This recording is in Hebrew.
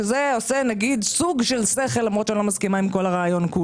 שזה עושה נגיד סוג של שכל למרות שאני לא מסכימה עם כל הרעיון.